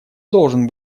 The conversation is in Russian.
должен